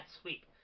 sweep